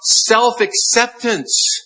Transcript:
self-acceptance